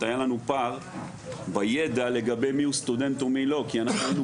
היה לנו פער בידע לגבי מי וסטודנט ומי לא כי אנחנו היינו